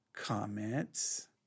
comments